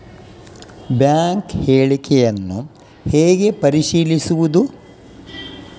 Bank ಹೇಳಿಕೆಯನ್ನು ಹೇಗೆ ಪರಿಶೀಲಿಸುವುದು?